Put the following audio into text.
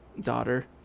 daughter